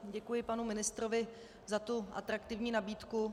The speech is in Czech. Děkuji panu ministrovi za tu atraktivní nabídku.